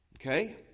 Okay